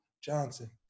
Johnson